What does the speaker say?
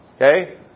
okay